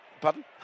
Pardon